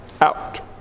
out